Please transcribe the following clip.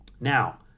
Now